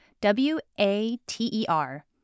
W-A-T-E-R